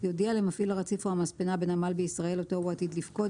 יודיע למפעיל הרציף או המספנה בנמל בישראל אותו הוא עתיד לפקוד,